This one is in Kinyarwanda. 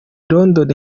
london